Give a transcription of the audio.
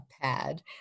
pad